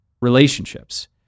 Relationships